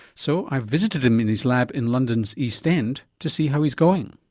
so i visited him in his lab in london's east end to see how he's going.